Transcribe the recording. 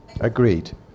Agreed